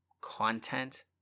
content